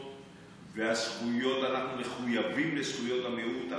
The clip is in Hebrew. שוות, ואנחנו מחויבים לזכויות המיעוט.